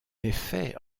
effet